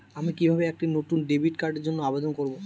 আমি কিভাবে একটি নতুন ডেবিট কার্ডের জন্য আবেদন করব?